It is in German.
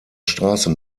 straße